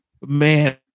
Man